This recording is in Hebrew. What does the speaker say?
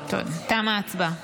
תמה ההצבעה.